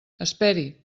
esperi